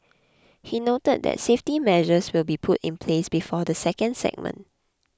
he noted that safety measures will be put in place before the second segment